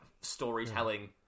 storytelling